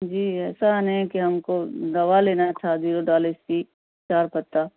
جی ایسا نہیں کہ ہم کو دوا لینا تھا زیروڈال اس کی چار پتا